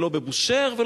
ולא בבושהר,